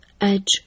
edge